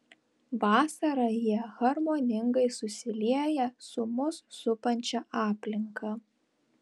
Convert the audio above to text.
vasarą jie harmoningai susilieja su mus supančia aplinka